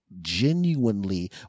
genuinely